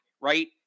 right